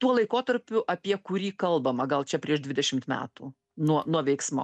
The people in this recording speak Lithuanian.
tuo laikotarpiu apie kurį kalbama gal čia prieš dvidešimt metų nuo nuo veiksmo